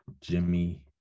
Jimmy